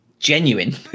genuine